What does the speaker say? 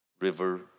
River